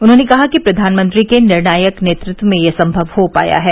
उन्होंने कहा कि प्रधानमंत्री के निर्णायक नेतृत्व में यह संभव हो पाया है